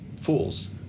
fools